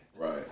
Right